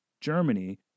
Germany